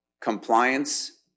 Compliance